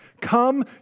Come